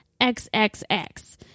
XXX